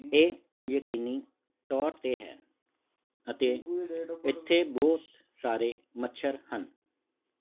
ਇਹ ਯਕੀਨੀ ਤੌਰ 'ਤੇ ਹੈ ਅਤੇ ਇੱਥੇ ਬਹੁਤ ਸਾਰੇ ਮੱਛਰ ਹਨ